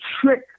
trick